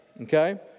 Okay